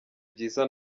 byiza